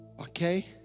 Okay